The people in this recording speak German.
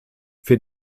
für